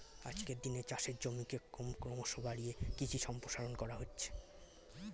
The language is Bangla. আজকের দিনে চাষের জমিকে ক্রমশ বাড়িয়ে কৃষি সম্প্রসারণ করা হচ্ছে